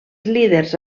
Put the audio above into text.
líders